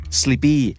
sleepy